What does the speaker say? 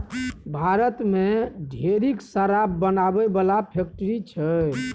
भारत मे ढेरिक शराब बनाबै बला फैक्ट्री छै